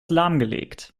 lahmgelegt